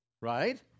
Right